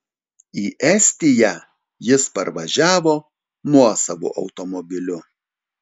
į estiją jis parvažiavo nuosavu automobiliu